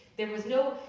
there was no,